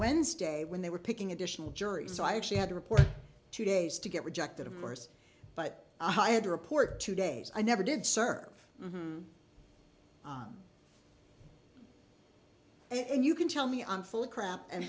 wednesday when they were picking additional jurors so i actually had to report two days to get rejected of course but i had to report two days i never did serve it and you can tell me i'm full of crap and